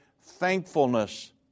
thankfulness